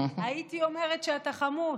הייתי אומרת שאתה חמוץ.